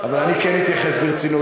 אבל אני כן אתייחס ברצינות,